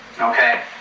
Okay